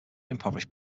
impoverished